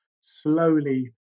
slowly